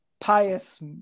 pious